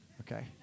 okay